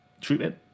treatment